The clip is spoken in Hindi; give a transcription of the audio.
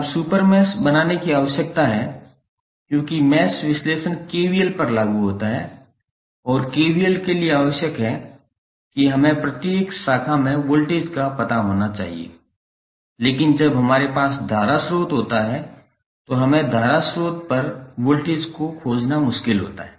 अब सुपर मैश बनाने की आवश्यकता है क्योंकि मैश विश्लेषण KVL पर लागू होता है और KVL के लिए आवश्यक है कि हमें प्रत्येक शाखा में वोल्टेज का पता होना चाहिए लेकिन जब हमारे पास धारा स्रोत होता है तो हमें धारा श्रोत पर वोल्टेज को खोजना मुश्किल होता है